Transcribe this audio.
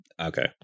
okay